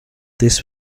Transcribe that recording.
this